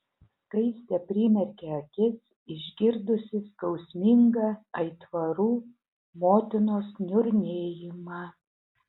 skaistė primerkė akis išgirdusi skausmingą aitvarų motinos niurnėjimą